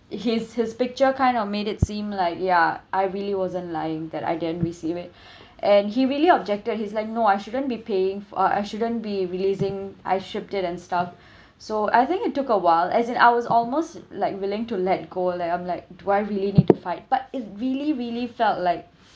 his his picture kind of made it seem like ya I really wasn't lying that I didn't received it and he really objected he's like no I shouldn't be paying uh I shouldn't be releasing I shipped it and stuff so I think it took awhile as in I was almost like willing to let go like I'm like do I really need to fight but it really really felt like